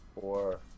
four